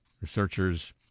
Researchers